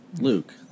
Luke